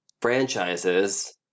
franchises